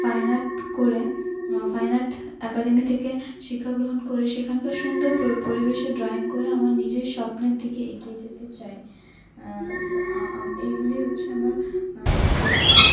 fine art করে fine art academy থেকে শিক্ষা গ্রহণ করে সেখানকার সুন্দর পর পরিবেশে ড্রয়িং করে আমার নিজের স্বপ্নের দিকে এগিয়ে যেতে চাই আম এইগুলি হচ্ছে আমার লক্ষ্য